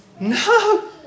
no